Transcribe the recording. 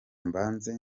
mbanze